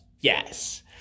yes